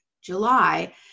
July